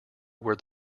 where